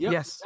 Yes